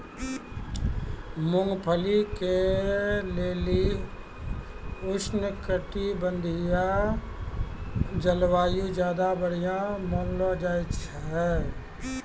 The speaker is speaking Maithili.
मूंगफली के लेली उष्णकटिबंधिय जलवायु ज्यादा बढ़िया मानलो जाय छै